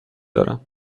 دارم